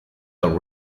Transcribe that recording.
out